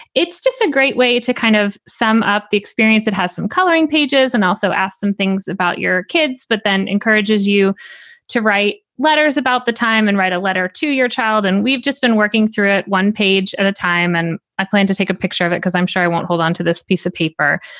it's just a great way to kind of sum up the experience it has some coloring pages and also ask some things about your kids, but then encourages you to write letters about the time and write a letter to your child. and we've just been working through it. one page at a time. and i plan to take a picture of it because i'm sure i won't hold onto this piece of paper,